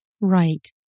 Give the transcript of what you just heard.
Right